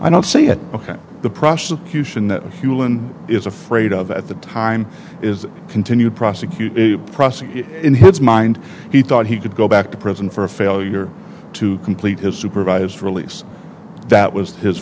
i don't see it ok the prosecution the fuel and is afraid of at the time is continue to prosecute prosecute in his mind he thought he could go back to prison for a failure to complete his supervised release that was his